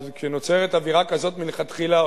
כשנוצרת אווירה כזאת מלכתחילה,